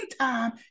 time